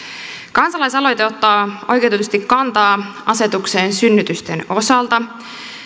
kansalaisaloite ottaa oikeutetusti kantaa asetukseen synnytysten osalta